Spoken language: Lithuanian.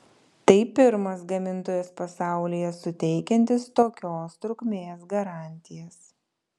tai pirmas gamintojas pasaulyje suteikiantis tokios trukmės garantijas